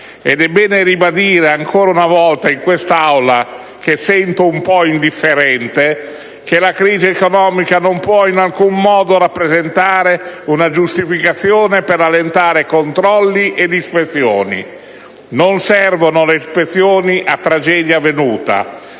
Ed è bene ribadire, ancora una volta in quest'Aula, che sento un po' indifferente, che la crisi economica non può in alcun modo rappresentare una giustificazione per allentare controlli ed ispezioni. Non servono le ispezioni a tragedia avvenuta: